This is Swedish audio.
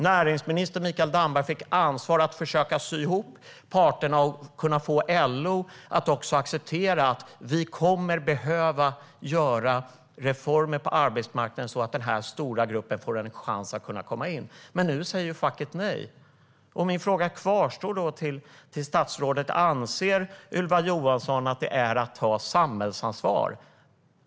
Näringsminister Mikael Damberg fick ansvar för att försöka få ihop parterna och få LO att acceptera att vi kommer att behöva göra reformer på arbetsmarknaden, så att den här stora gruppen får en chans att komma in. Men nu säger facket nej. Min fråga kvarstår då till statsrådet: Anser Ylva Johansson att detta är att ta samhällsansvar?